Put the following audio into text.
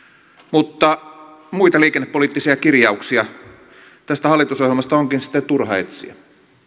mutta muita liikennepoliittisia kirjauksia tästä hallitusohjelmasta onkin sitten turha etsiä mihin